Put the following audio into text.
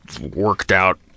worked-out